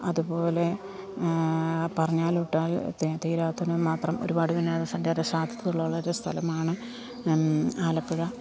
അതുപോലെ പറഞ്ഞാലൊട്ട് തീരാത്തതിന് മാത്രം ഒരുപാട് വിനോദസഞ്ചാര സാധ്യതകല ഉള്ളൊരു സ്ഥലമാണ് ആലപ്പുഴ